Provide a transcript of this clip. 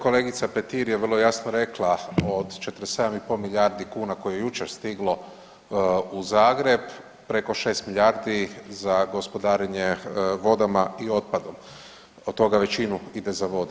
Kolegica Petir je vrlo jasno rekla od 47,5 milijardi kuna koje je jučer stiglo u Zagreb preko 6 milijardi za gospodarenje vodama i otpadom od toga većinu ide za vode.